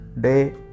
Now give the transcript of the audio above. day